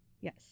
Yes